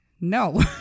No